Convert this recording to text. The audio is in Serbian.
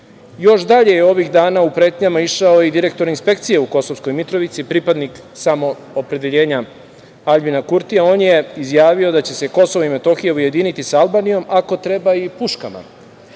EU.Još dalje je ovih dana u pretnjama išao i direktor inspekcije u Kosovskoj Mitrovici, pripadnik Samoopredeljenja Aljbina Kurtija. On je izjavio da će se KiM ujediniti sa Albanijom, ako treba i puškama,